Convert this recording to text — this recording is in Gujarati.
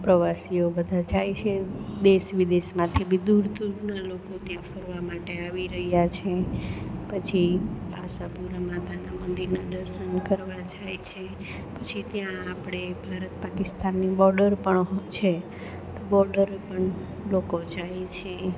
પ્રવાસીઓ બધા જાય છે દેશ વિદેશમાંથી બી દૂર દૂરનાં લોકો ત્યાં ફરવા માટે આવી રહ્યાં છે પછી આશાપુરા માતાના મંદિરનાં દર્શન કરવા જાય છે પછી ત્યાં આપણે ભારત પાકિસ્તાનની બોર્ડર પણ છે તો બોર્ડર પણ લોકો જાય છે